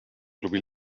klubi